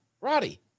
Roddy